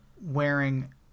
wearing